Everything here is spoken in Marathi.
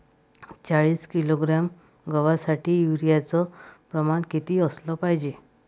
चाळीस किलोग्रॅम गवासाठी यूरिया च प्रमान किती असलं पायजे?